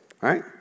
right